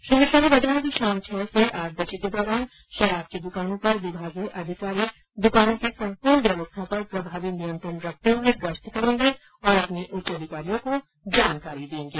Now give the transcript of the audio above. श्री मिश्रा ने बताया कि शाम छह से आठ बजे के दौरान शराब दुकानों पर विभागीय अधिकारी दुकानों की सम्पूर्ण व्यवस्था पर प्रभावी नियंत्रण रखते हुए गश्त करेंगे और अपने उच्च अधिकारियों को जानकारी देंगे